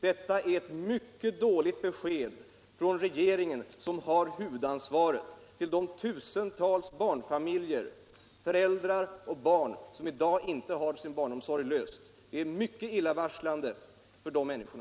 Detta är ett mycket dåligt besked från regeringen, som har huvudansvaret, till de tusentals barnfamiljer som i dag inte har sin barnomsorg löst. Det är mycket illavarslande för dessa människor.